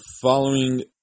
following